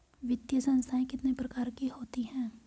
वित्तीय संस्थाएं कितने प्रकार की होती हैं?